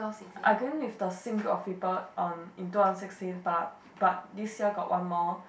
I going with the same group of people uh in two thousand sixteen but like but this year got one more